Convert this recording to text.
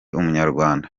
umunyarwanda